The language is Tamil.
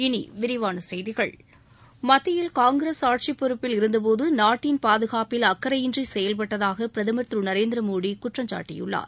இனி விரிவான செய்திகள் மத்தியில் காங்கிரஸ் ஆட்சி பொறுப்பில் இருந்தபோது நாட்டின் பாதுகாப்பில் அக்கறையின்றி செயல்பட்டதாக பிரதமர் திரு நரேந்திர மோடி குற்றம் சாட்டியுள்ளார்